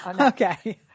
Okay